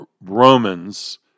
Romans